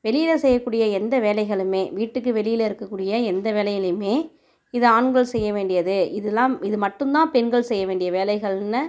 வெளியில் செய்ய கூடிய எந்த வேலைகளுமே வீட்டுக்கு வெளியில் இருக்க கூடிய எந்த வேலையிலையுமே இது ஆண்கள் செய்ய வேண்டியது இதெலாம் இது மட்டுந்தான் பெண்கள் செய்ய வேண்டிய வேலைகள்னு